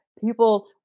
people